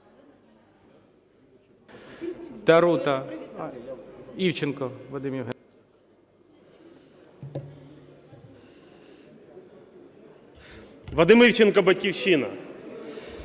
Вадим Івченко, "Батьківщина".